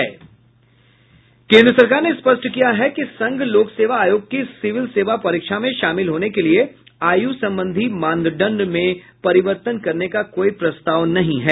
केन्द्र सरकार ने स्पष्ट किया है कि संघ लोक सेवा आयोग की सिविल सेवा परीक्षा में शामिल होने के लिए आयु संबंधी मानदंड में परिवर्तन करने का कोई प्रस्ताव नहीं है